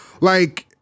like-